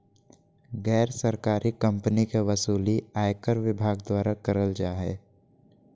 गैर सरकारी कम्पनी के वसूली आयकर विभाग द्वारा करल जा हय